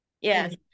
Yes